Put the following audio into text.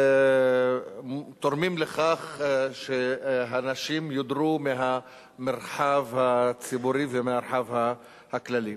תורמים לכך שהנשים יודרו מהמרחב הציבורי ומהמרחב הכללי.